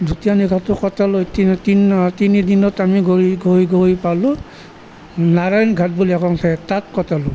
দ্বিতীয় নিশাটো কটালোঁ এতিয়া তিন তিন তিনিদিনত আমি গৈ গৈ গৈ পালোঁ নাৰায়ণ ঘাট বুলি এখন ঠাই তাত কটালোঁ